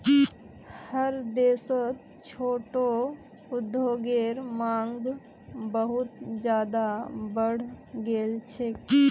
हर देशत छोटो उद्योगेर मांग बहुत ज्यादा बढ़ गेल छेक